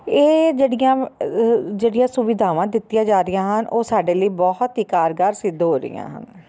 ਇਹ ਜਿਹੜੀਆਂ ਜਿਹੜੀਆਂ ਸੁਵਿਧਾਵਾਂ ਦਿੱਤੀਆਂ ਜਾ ਰਹੀਆਂ ਹਨ ਉਹ ਸਾਡੇ ਲਈ ਬਹੁਤ ਹੀ ਕਾਰਗਾਰ ਸਿੱਧ ਹੋ ਰਹੀਆਂ ਹਨ